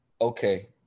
okay